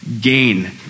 gain